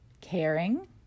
caring